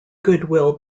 goodwill